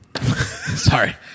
Sorry